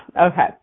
Okay